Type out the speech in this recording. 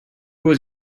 was